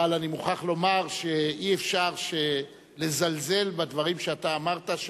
אבל אני מוכרח לומר שאי-אפשר לזלזל בדברים שאתה אמרת,